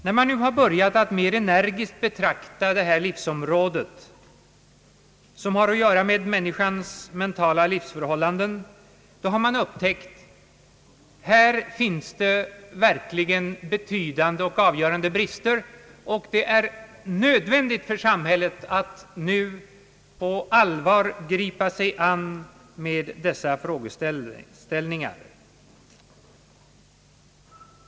När man nu har börjat att mera energiskt betrakta det livsområde, som har att göra med människans mentala livsförhållanden, har man upptäckt, att det här verkligen finns betydande och avgörande brister samt att det är nödvändigt för samhället att nu på allvar gripa sig an med dessa frågeställningar.